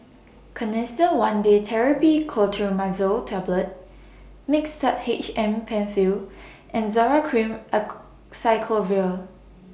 Canesten one Day Therapy Clotrimazole Tablet Mixtard H M PenFill and Zoral Cream Acyclovir